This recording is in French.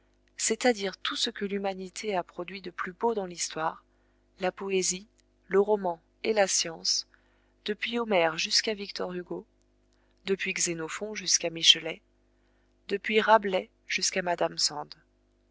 c'est-à-dire tout ce que l'humanité a produit de plus beau dans l'histoire la poésie le roman et la science depuis homère jusqu'à victor hugo depuis xénophon jusqu'à michelet depuis rabelais jusqu'à madame sand